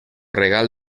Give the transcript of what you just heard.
regal